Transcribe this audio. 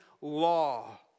law